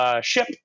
ship